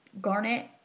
garnet